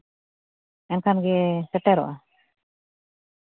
ᱮᱱᱠᱷᱟᱱ ᱜᱮ ᱥᱮᱴᱮᱨᱚᱜᱼᱟ